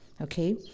Okay